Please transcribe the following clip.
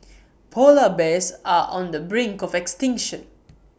Polar Bears are on the brink of extinction